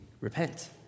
repent